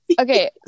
Okay